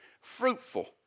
fruitful